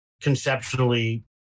conceptually